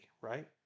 right